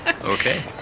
okay